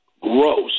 gross